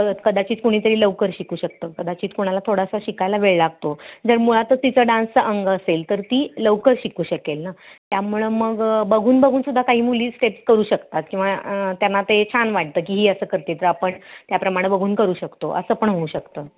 कदाचित कुणीतरी लवकर शिकू शकतो कदाचित कोणाला थोडासा शिकायला वेळ लागतो जर मुळातच तिचं डान्सचं अंग असेल तर ती लवकर शिकू शकेल ना त्यामुळं मग बघून बघून सुद्धा काही मुली स्टेप्स करू शकतात किंवा त्यांना ते छान वाटतं की ही असं करते तर आपण त्याप्रमाणे बघून करू शकतो असं पण होऊ शकतं